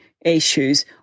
issues